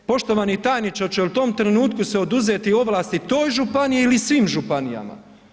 Poštovani tajniče, hoće li u tom trenutku se oduzeti ovlasti toj županiji ili svim županijama?